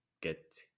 get